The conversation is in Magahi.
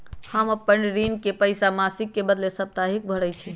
हम अपन ऋण के पइसा मासिक के बदले साप्ताहिके भरई छी